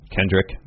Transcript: Kendrick